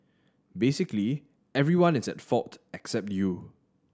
basically everyone is at fault except you